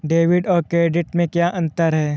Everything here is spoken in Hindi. डेबिट और क्रेडिट में क्या अंतर है?